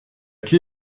clé